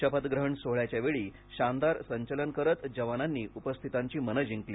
शपथग्रहण सोहळ्याच्या वेळी शानदार संचलन करीत जवानांनी उपस्थितांची मने जिंकली